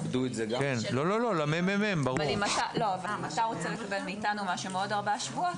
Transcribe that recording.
אם אתה רוצה לקבל מאיתנו משהו עוד ארבעה שבועות,